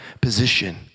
position